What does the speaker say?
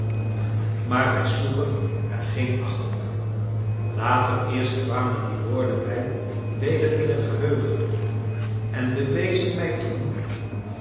maar wij sloegen er geen acht op later eerst kwamen die woorden mij weder in het geheugen en bewezen mij toen